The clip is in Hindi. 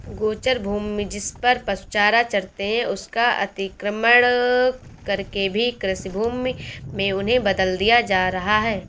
गोचर भूमि, जिसपर पशु चारा चरते हैं, उसका अतिक्रमण करके भी कृषिभूमि में उन्हें बदल दिया जा रहा है